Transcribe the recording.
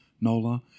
Nola